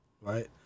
right